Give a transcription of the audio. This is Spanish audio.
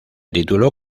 tituló